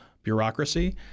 bureaucracy